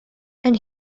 and